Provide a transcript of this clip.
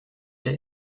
der